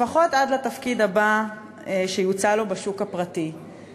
לפחות עד לתפקיד הבא שיוצע לו בשוק הפרטי,